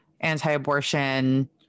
anti-abortion